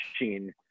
machine